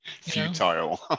futile